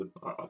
good